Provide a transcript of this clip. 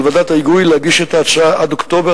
על ועדת ההיגוי להגיש את ההצעה עד אוקטובר